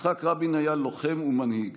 יצחק רבין היה לוחם ומנהיג.